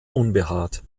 unbehaart